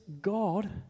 god